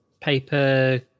paper